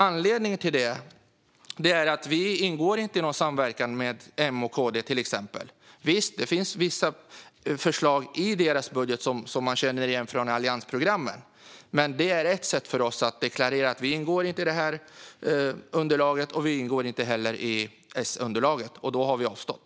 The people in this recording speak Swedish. Anledningen till det är att vi inte ingår i någon samverkan med till exempel M och KD. Visst, det finns vissa förslag i deras budget som man känner igen från alliansprogrammet, men detta är ett sätt för oss att deklarera att vi inte ingår i underlaget för detta. Vi ingår inte heller i S-underlaget, och därför har vi avstått.